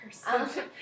Person